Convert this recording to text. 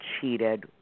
cheated